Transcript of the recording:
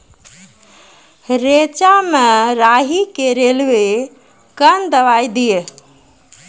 रेचा मे राही के रेलवे कन दवाई दीय?